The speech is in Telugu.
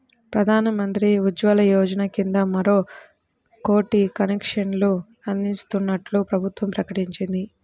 ప్రధాన్ మంత్రి ఉజ్వల యోజన కింద మరో కోటి కనెక్షన్లు అందించనున్నట్లు ప్రభుత్వం ప్రకటించింది